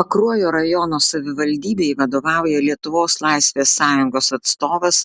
pakruojo rajono savivaldybei vadovauja lietuvos laisvės sąjungos atstovas